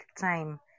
time